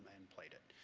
and played it.